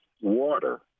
water